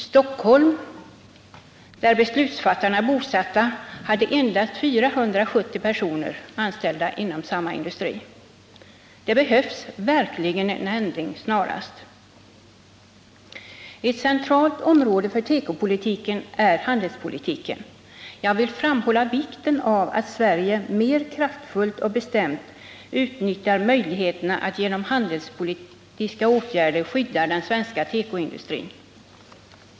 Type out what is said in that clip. Stockholm, där beslutsfattarna är bosatta, hade endast 470 personer anställda inom samma industri. Det behövs verkligen en ändring och det snart. Ett centralt område för tekopolitiken är handelspolitiken. Jag vill framhålla vikten av att Sverige mer kraftfullt och bestämt utnyttjar möjligheterna att genom handelspolitiska åtgärder skydda den svenska tekoindustrin.